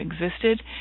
existed